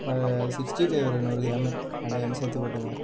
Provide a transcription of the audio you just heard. sixty five ஒரு நூறு gram அப்டேயே கொஞ்சம் சேர்த்து போட்டுடுங்க